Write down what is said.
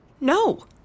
No